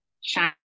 shine